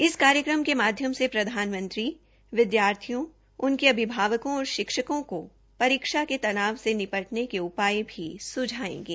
इस कार्यक्रम के माध्यम से प्रधानमंत्री विद्यार्थियों उनके अभिभावकों और शिक्षकों को परीक्षा पे चर्चा से निपटने के उपाय सुझायेंगे